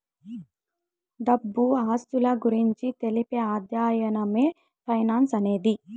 డబ్బు ఆస్తుల గురించి తెలిపే అధ్యయనమే ఫైనాన్స్ అనేది